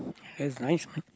that's a nice one